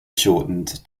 shortened